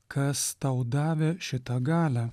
kas tau davė šitą galią